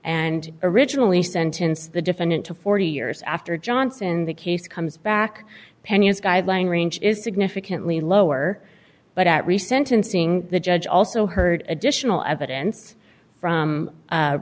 and originally sentenced the defendant to forty years after johnson the case comes back pena's guideline range is significantly lower but at re sentencing the judge also heard additional evidence from